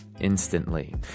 Instantly